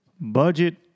budget